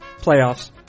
playoffs